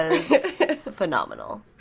phenomenal